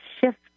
shift